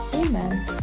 immense